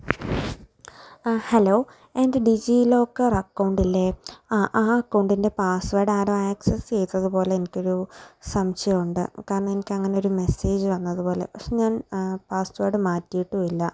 അ hello എന്റെ DigiLocker അക്കൗണ്ടില്ലെ അ ആ അക്കൗണ്ടിന്റെ പാസ്വേഡ് ആരോ ആക്സസ്സ് ചെയ്തതു പോലെ എനിക്കൊരു സംശയമുണ്ട് കാരണമെനിക്കങ്ങനൊരു മെസ്സേജ് വന്നതുപോലെ പക്ഷെ ഞാൻ പാസ്വേഡ് മാറ്റിയിട്ടുമില്ല